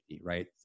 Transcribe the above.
right